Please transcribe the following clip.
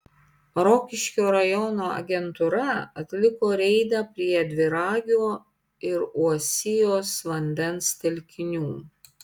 rokiškio rajono agentūra atliko reidą prie dviragio ir uosijos vandens telkinių